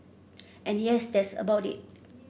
and yes that's about it